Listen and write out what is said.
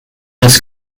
this